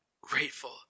Grateful